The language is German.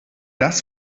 das